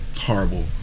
horrible